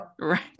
Right